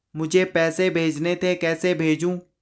मुझे पैसे भेजने थे कैसे भेजूँ?